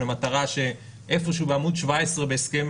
הוא למטרה שאיפשהו בעמוד 17 בהסכם